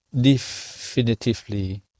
definitively